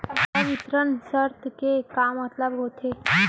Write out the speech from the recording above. संवितरण शर्त के का मतलब होथे?